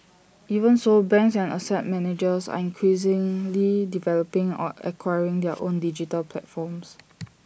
even so banks and asset managers are increasingly developing or acquiring their own digital platforms